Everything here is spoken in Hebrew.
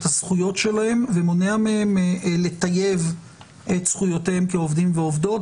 הזכויות שלהם ומונע מהם לטייב את זכויותיהם כעובדים ועובדות,